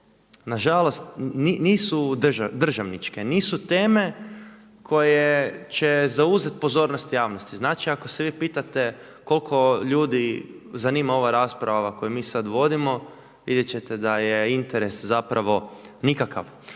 nažalost nisu državničke, nisu teme koje će zauzeti pozornost javnosti. Znači ako se vi pitate koliko ljudi zanima ova rasprava koju mi sad vodimo vidjet ćete da je interes zapravo nikakav.